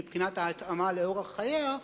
מבחינת ההתאמה לאורח חייה,